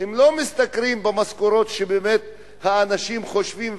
לא משתכרים את המשכורות שבאמת אנשים חושבים,